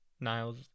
Niles